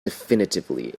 definitively